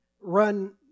run